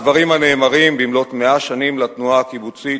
הדברים הנאמרים במלאות 100 שנים לתנועה הקיבוצית,